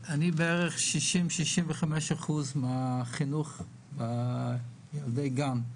בערך 60% 65% מהחינוך של ילדי גן.